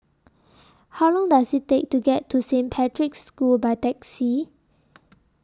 How Long Does IT Take to get to Saint Patrick's School By Taxi